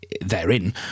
therein